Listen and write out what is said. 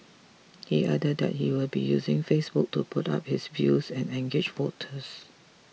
he added that he will be using Facebook to put up his views and engage voters